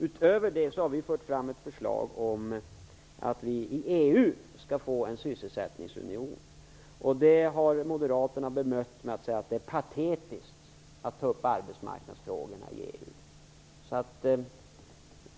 Utöver det har vi fört fram ett förslag om att vi skall få en sysselsättningsunion i EU. Det har moderaterna bemött med att säga att det är patetisk att ta upp arbetsmarknadsfrågorna i EU.